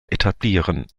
etablieren